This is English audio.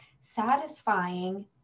satisfying